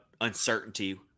uncertainty